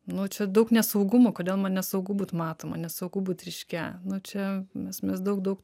nu čia daug nesaugumo kodėl man nesaugu būt matoma nesaugu būt ryškia na čia mes mes daug daug